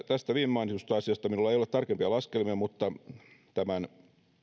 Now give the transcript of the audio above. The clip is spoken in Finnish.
tästä viime mainitusta asiasta minulla ei ole tarkempia laskelmia mutta tämän